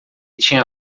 tinha